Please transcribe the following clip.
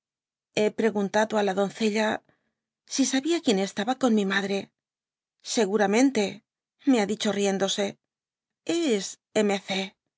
hé preguntado á la doncella si sabi quien estaba con mi madre seguramente me ha dicho riéndose es